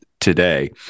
today